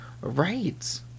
Right